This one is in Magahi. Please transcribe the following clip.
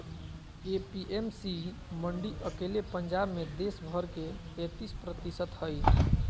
ए.पी.एम.सी मंडी अकेले पंजाब मे देश भर के तेतीस प्रतिशत हई